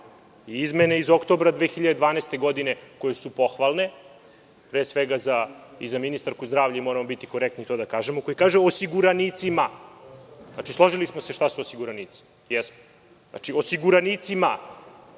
i izmene iz oktobra 2012. godine koje su pohvalne, pre svega i za ministarku zdravlja i moramo biti korektni to da kažemo, koje kažu – osiguranicima. Znači, složili smo se šta su osiguranici, jesmo. Dakle, osiguranicima